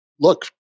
look